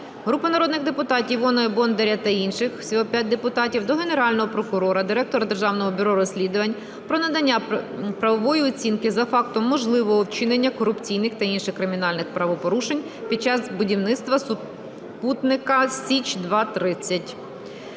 Групи народних депутатів (Іонової, Бондаря та інших. Всього 5 депутатів) до Генерального прокурора, Директора Державного бюро розслідувань про надання правової оцінки за фактом можливого вчинення корупційних та інших кримінальних правопорушень під час будівництва супутника "Січ-2-30".